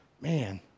man